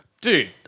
Dude